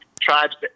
Tribe's